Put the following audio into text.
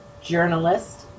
journalist